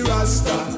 Rasta